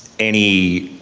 any